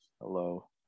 Hello